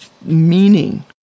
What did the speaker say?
meaning